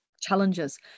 challenges